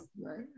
Right